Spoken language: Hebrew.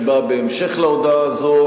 שבאה בהמשך להודעה הזאת,